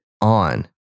on